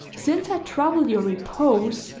since i trouble your repose,